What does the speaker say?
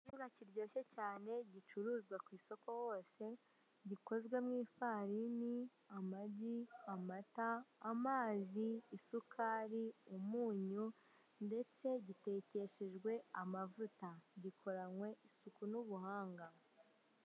Ikiribwa kiryoshye cyane gicuruzwa ku isoko hose, gikozwe mu ifarini, amagi, amata, amazi, isukari, umunyu ndetse gitekeshejwe amavuta, gikoranywe isuku n'ubuhanga.